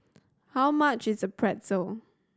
how much is Pretzel